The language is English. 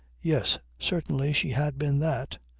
yes certainly she had been that.